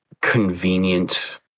convenient